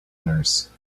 nurse